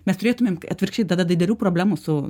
mes turėtumėm atvirkščiai tada didelių problemų su